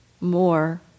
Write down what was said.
more